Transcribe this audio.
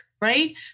right